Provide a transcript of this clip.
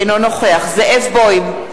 אינו נוכח זאב בוים,